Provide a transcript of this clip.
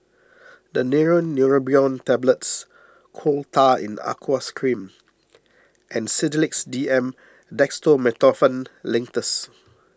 Daneuron Neurobion Tablets Coal Tar in Aqueous Cream and Sedilix D M Dextromethorphan Linctus